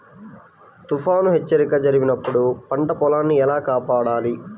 తుఫాను హెచ్చరిక జరిపినప్పుడు పంట పొలాన్ని ఎలా కాపాడాలి?